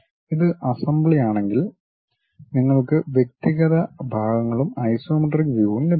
ഇത് അസംബ്ലി ആണെങ്കിൽ നിങ്ങൾക്ക് വ്യക്തിഗത ഭാഗങ്ങളും ഐസോമെട്രിക് വ്യൂവും ലഭിക്കും